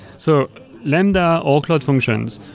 so lambda or cloud functions,